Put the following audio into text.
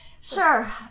Sure